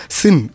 sin